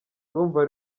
urumva